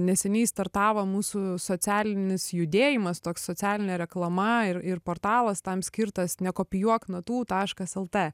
neseniai startavo mūsų socialinis judėjimas toks socialinė reklama ir ir portalas tam skirtas nekopijuok natų taškas lt